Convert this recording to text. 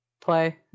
play